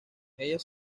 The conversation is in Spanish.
ellas